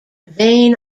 vein